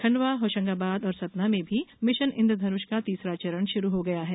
खंडवा होशंगाबाद और सतना में भी मिशन इंद्रधनुष का तीसरा चरण शुरू हो गया है